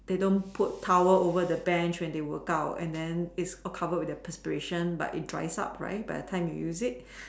they don't put towel over the Bench when they work out and then it's all covered with their perspiration but it dries up right by the time you use it